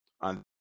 on